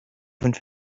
fünf